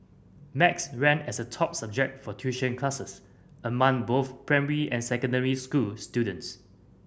max ranked as the top subject for tuition classes among both primary and secondary school students